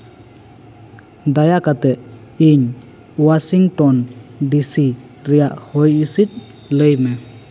ᱫᱟᱭᱟ ᱠᱟᱛᱮᱜ ᱤᱧ ᱳᱣᱟᱥᱤᱝᱴᱚᱝ ᱰᱤᱥᱤ ᱨᱮᱭᱟᱜ ᱦᱚᱭ ᱦᱤᱸᱥᱤᱫ ᱞᱟᱹᱭ ᱢᱮ